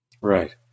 Right